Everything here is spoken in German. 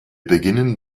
beginnen